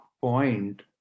point